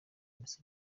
misa